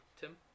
Tim